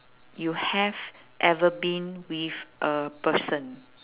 you have ever been with a person